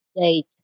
date